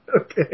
okay